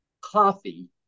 coffee